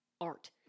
art